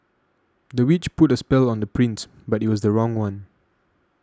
the witch put a spell on the prince but it was the wrong one